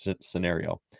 scenario